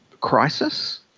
crisis